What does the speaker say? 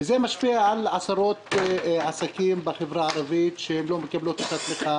זה משפיע על עשרות עסקים בחברה הערבית שלא מקבלים את התמיכה,